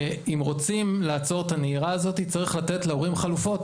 אם רוצים לעצור את הנהירה הזאת צריך לתת להורים חלופות.